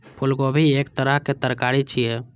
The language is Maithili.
फूलगोभी एक तरहक तरकारी छियै